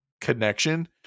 connection